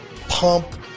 pump